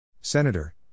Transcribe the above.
Senator